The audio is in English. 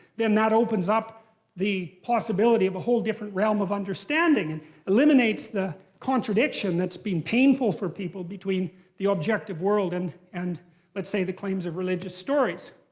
then that opens up the possibility of a whole different realm of understanding. and eliminates the contradiction that's been painful for people, between the objective world and and, let's say, the claims of religious stories.